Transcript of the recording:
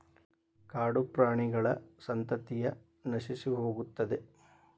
ಕಾಡುಪ್ರಾಣಿಗಳ ಸಂತತಿಯ ನಶಿಸಿಹೋಗುತ್ತದೆ